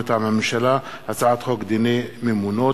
מטעם הממשלה: הצעת חוק דיני ממונות,